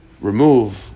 remove